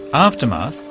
aftermath,